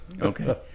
Okay